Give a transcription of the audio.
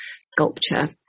sculpture